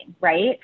right